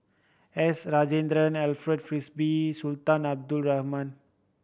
S Rajendran Alfred Frisby Sultan Abdul Rahman